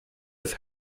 with